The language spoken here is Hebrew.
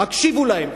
הקשיבו להם,